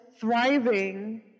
thriving